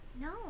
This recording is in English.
No